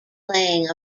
laying